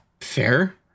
Fair